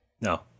No